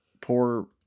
poor